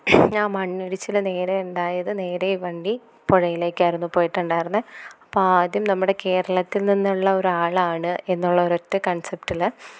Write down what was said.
ഞാ മണ്ണിടിച്ചിൽ നേരെ ഉണ്ടായത് നേരെ വണ്ടി പുഴയിലേക്ക് ആയിരുന്നു പോയിട്ടുണ്ടായിരുന്നത് അപ്പം ആദ്യം നമ്മുടെ കേരളത്തില്നിന്നുള്ള ഒരാളാണ് എന്നുള്ള ഒരൊറ്റ കണ്സെപ്റ്റിൽ